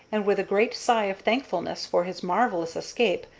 and, with a great sigh of thankfulness for his marvellous escape,